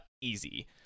easy